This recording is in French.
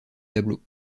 tableaux